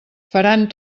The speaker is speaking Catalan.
faran